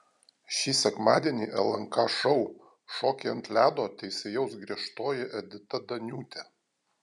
šį sekmadienį lnk šou šokiai ant ledo teisėjaus griežtoji edita daniūtė